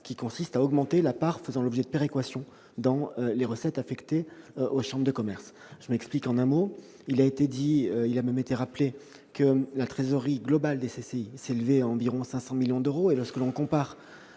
qui consiste à augmenter la part faisant l'objet d'une péréquation dans les recettes affectées aux chambres de commerce et d'industrie. En un mot, il a été rappelé que la trésorerie globale des CCI s'élevait à environ 500 millions d'euros. Lorsque l'on compare